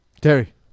Terry